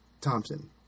Thompson